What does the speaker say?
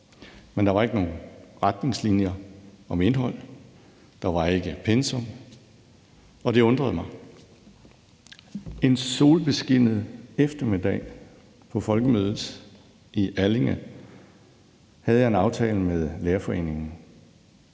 Men der var ikke nogen retningslinjer om indhold, der var ikke pensum, og det undrede mig. En solbeskinnet eftermiddag på folkemødet i Allinge havde jeg en aftale med Lærerforeningen,